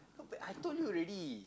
I told you already